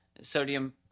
sodium